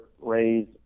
raise